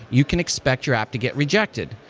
you can expect your app to get rejected.